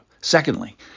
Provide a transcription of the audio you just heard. Secondly